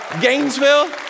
Gainesville